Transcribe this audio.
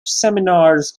seminars